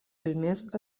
kilmės